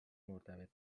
مرتبط